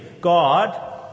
God